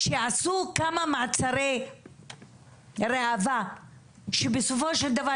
שיעשו כמה מעצרי ראווה שבסופו של דבר